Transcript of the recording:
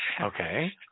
Okay